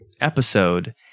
episode